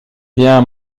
bien